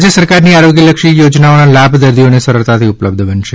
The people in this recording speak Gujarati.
રાજ્ય સરકારની આરોગ્યલક્ષી યોજનાઓના લાભ દર્દીઓને સરળતાથી ઉપલબ્ધ બનશે